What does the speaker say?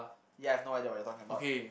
you have no idea what you talking about